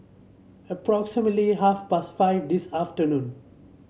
approximately half past five this afternoon